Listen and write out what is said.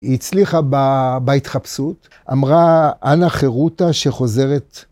היא הצליחה בהתחפשות, אמרה ״אנא חירוטה שחוזרת